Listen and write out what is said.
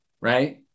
Right